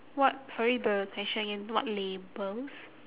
what sorry the question again what labels